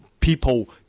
People